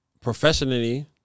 professionally